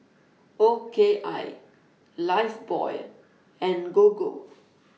O K I Lifebuoy and Gogo